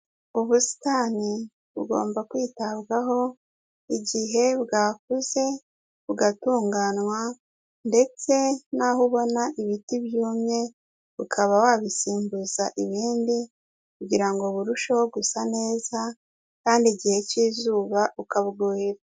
Ubusitani bugomba kwitabwaho igihe bwakuze bugatunganywa, ndetse n'aho ubona ibiti byumye ukaba wabisimbuza ibindi kugira burusheho gusa neza, kandi igihe cy'izuba ukabwuhira.